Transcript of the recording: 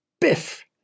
biff